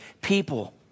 people